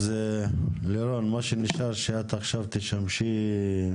לירון, מה שנשאר שאת עכשיו תעשי את